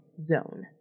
Zone